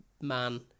man